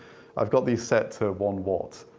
i've got these set to one watt,